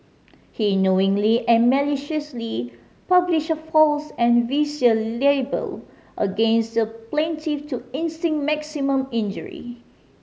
he knowingly and maliciously published a false and vicious libel against the plaintiff to inflict maximum injury